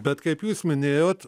bet kaip jūs minėjot